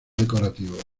decorativos